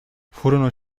furono